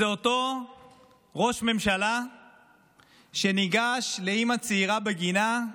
זה אותו ראש ממשלה שניגש לאימא צעירה בגינה,